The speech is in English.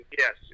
yes